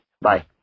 Bye